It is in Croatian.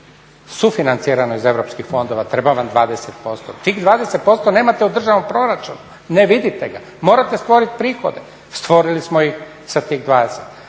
sufinancirano iz Europskih fondova, treba vam 20%. Tih 20% nemate u državnom proračunu, ne vidite ga. Morate stvoriti prihode. Stvorili smo ih sa tih 20.